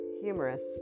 humorous